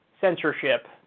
censorship